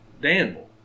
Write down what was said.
Danville